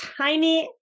tiny